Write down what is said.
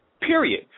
Period